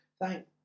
Thank